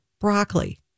broccoli